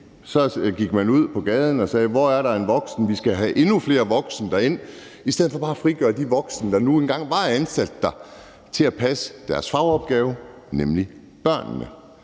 så gik man ud på gaden og sagde: Hvor er der en voksen? Vi skal have endnu flere voksne ind. Det gjorde man i stedet for bare at frigøre de voksne, der nu engang var ansat der, til at passe deres fagopgave, nemlig børnene.